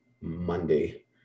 monday